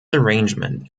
arrangement